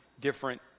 different